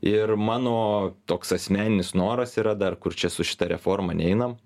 ir mano toks asmeninis noras yra dar kur čia su šita reforma neinam